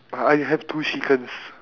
I have two chickens